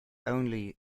only